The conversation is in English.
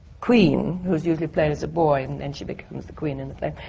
queen, who is usually played as a boy, and and she becomes the queen in the play.